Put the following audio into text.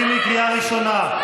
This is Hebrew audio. חמץ.